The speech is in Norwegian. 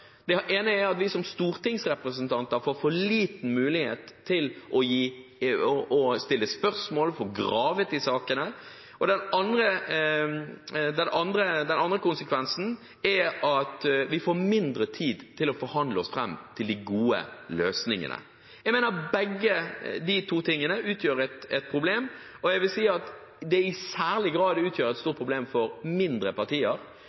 Det ene er at vi som stortingsrepresentanter får for liten mulighet til å stille spørsmål og til å få gravd i sakene. Den andre konsekvensen er at vi får mindre tid til å forhandle oss fram til de gode løsningene. Jeg mener begge disse tingene utgjør et problem, og det utgjør i særlig grad et stort problem for mindre partier, fordi mindre partier har det